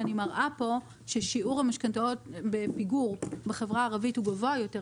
אני מראה פה ששיעור המשכנתאות בפיגור בחברה הערבית הוא גבוה יותר,